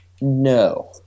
No